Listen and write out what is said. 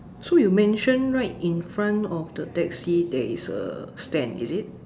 so you mention right in front of the taxi there is a stand is it